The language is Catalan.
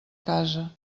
casa